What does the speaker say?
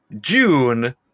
June